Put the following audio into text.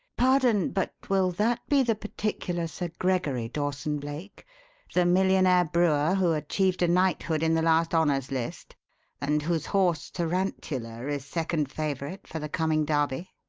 pardon, but will that be the particular sir gregory dawson-blake the millionaire brewer who achieved a knighthood in the last honours list and whose horse, tarantula, is second favourite for the coming derby?